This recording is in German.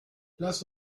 lasst